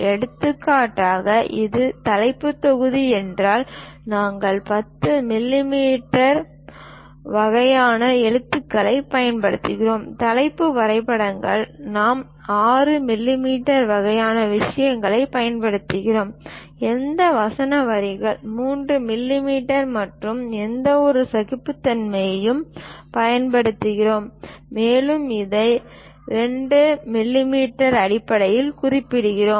எடுத்துக்காட்டாக இது தலைப்புத் தொகுதி என்றால் நாங்கள் 10 மில்லிமீட்டர் வகையான எழுத்துக்களைப் பயன்படுத்துகிறோம் தலைப்பு வரைபடங்கள் நாம் 6 மில்லிமீட்டர் வகையான விஷயங்களைப் பயன்படுத்துகிறோம் எந்த வசன வரிகள் 3 மில்லிமீட்டர் மற்றும் எந்தவொரு சகிப்புத்தன்மையையும் பயன்படுத்துகிறோம் மேலும் இதை 2 மில்லிமீட்டர் அடிப்படையில் குறிப்பிடுகிறோம்